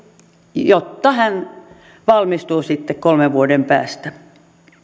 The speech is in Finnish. jotta hän valmistuu sitten kolmen vuoden päästä